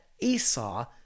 Esau